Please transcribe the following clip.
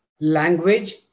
language